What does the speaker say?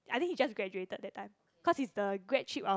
I think he just graduated that time cause it's the grad trip of